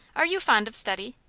are you fond of study?